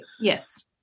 Yes